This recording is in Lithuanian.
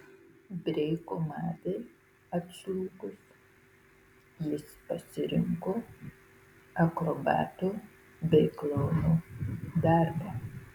breiko madai atslūgus jis pasirinko akrobato bei klouno darbą